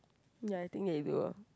ya I think they do ah